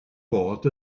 bod